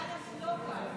גלנט לא כאן,